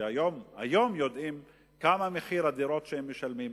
שהיום יודעים מה מחיר הדירות שהם משלמים,